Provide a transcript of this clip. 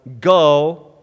go